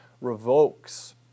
revokes